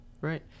Right